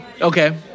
okay